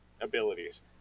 abilities